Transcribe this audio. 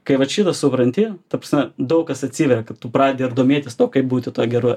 kai vat šitą supranti ta prasme daug kas atsiveria kad tu pradedi ar domėtis tuo kaip būti tuo geru